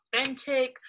authentic